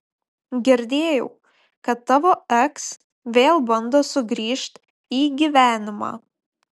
girdėjau kad tavo eks vėl bando sugrįžt į gyvenimą